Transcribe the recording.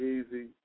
Easy